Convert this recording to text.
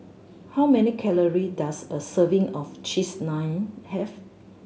how many calorie does a serving of Cheese Naan have